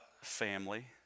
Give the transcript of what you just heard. family